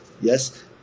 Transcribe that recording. yes